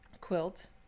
quilt